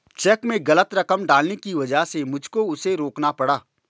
check में गलत रकम डालने की वजह से मुझको उसे रोकना पड़ा